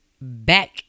back